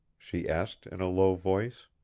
she asked, in a low voice.